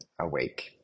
awake